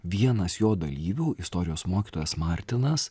vienas jo dalyvių istorijos mokytojas martinas